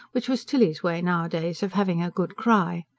which was tilly's way nowadays of having a good cry.